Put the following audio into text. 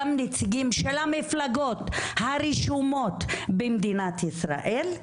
גם נציגים של המפלגות הרשומות במדינת ישראל,